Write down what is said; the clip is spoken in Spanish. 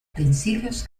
utensilios